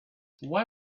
why